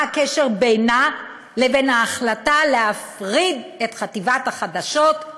מה הקשר בינה לבין ההחלטה להפריד את חטיבת החדשות,